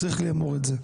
תודה.